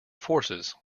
forces